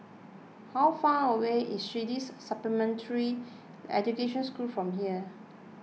how far away is Swedish Supplementary Education School from here